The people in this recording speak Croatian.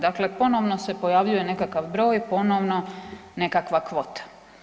Dakle ponovno se pojavljuje nekakav broj, ponovno nekakva kvota.